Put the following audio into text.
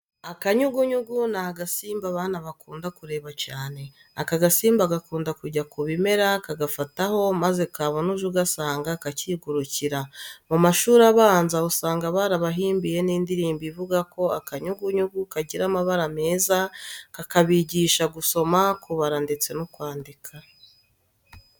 Akanyugunyugu ni agasimba abana bakunda kureba cyane. Aka gasimba gakunda kujya ku bimera kagafataho maze kabona uje ugasanga kakigurukira. Mu mashuri abanza usanga barabahimbiye n'indirimbo ivuga ko akanyugunyugu kagira amabara meza, kakabigisha kusoma, kubara ndetse no kwandika.